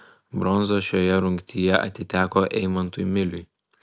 bronza šioje rungtyje atiteko eimantui miliui